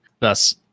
thus